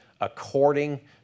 according